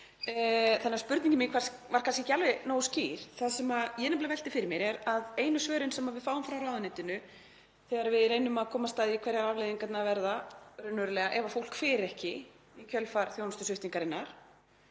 að enda. Spurning mín var því kannski ekki alveg nógu skýr. Það sem ég velti fyrir mér er að einu svörin sem við fáum frá ráðuneytinu, þegar við reynum að komast að því hverjar afleiðingarnar verða raunverulega ef fólk fer ekki í kjölfar þjónustusviptingarinnar,